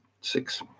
six